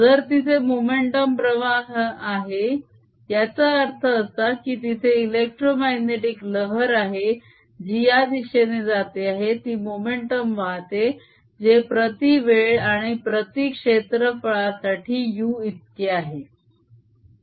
जर तिथे मोमेंटम प्रवाह आहे याचा अर्थ असा की तिथे इलेक्ट्रोमाग्नेटीक लहर आहे जी या दिशेने जाते आहे ती मोमेंटम वाहते जे प्रती वेळ आणि प्रती क्षेत्रफळा साठी u इतके आहे